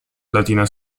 latina